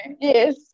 yes